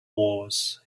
wars